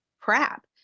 crap